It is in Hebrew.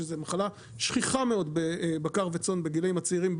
שזה מחלה שכיחה מאוד בבקר וצאן בגילאים הצעירים,